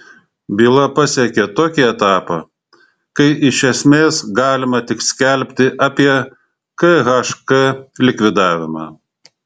byla pasiekė tokį etapą kai iš esmės galima tik skelbti apie khk likvidavimą